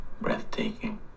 breathtaking